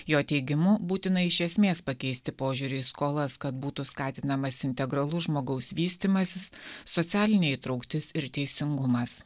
jo teigimu būtina iš esmės pakeisti požiūrį į skolas kad būtų skatinamas integralus žmogaus vystymasis socialinė įtrauktis ir teisingumas